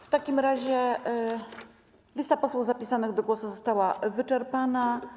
W takim razie lista posłów zapisanych do głosu została wyczerpana.